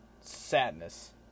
sadness